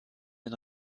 den